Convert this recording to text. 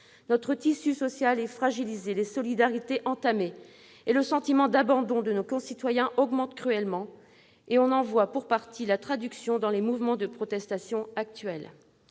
Notre tissu social est fragilisé, les solidarités sont entamées, et le sentiment d'abandon de nos concitoyens augmente cruellement : on en voit pour partie la traduction dans les mouvements de protestation actuels.